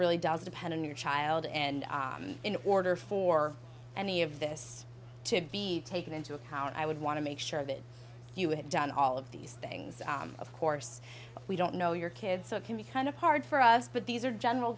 really does depend on your child and in order for any of this to be taken into account i would want to make sure that you have done all of these things of course we don't know your kid so it can be kind of hard for us but these are general